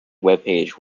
webpage